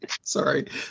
sorry